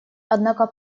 однако